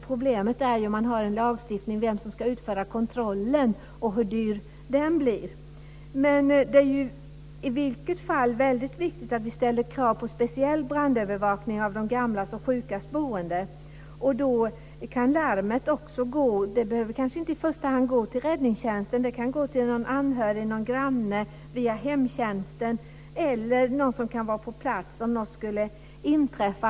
Problemet med en lagstiftning är vem som ska utföra kontrollen och hur dyr den blir. I vilket fall som helst är det väldigt viktigt att vi ställer krav på speciell brandövervakning av de gamlas och sjukas boende. Då behöver larmet i första hand kanske inte gå till Räddningstjänsten. Det kan gå till någon anhörig, någon granne, via hemtjänsten eller någon som kan vara på plats om något skulle inträffa.